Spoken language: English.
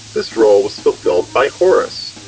this role was fulfilled by horus.